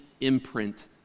imprint